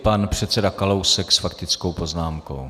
Pan předseda Kalousek s faktickou poznámkou.